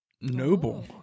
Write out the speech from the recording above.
Noble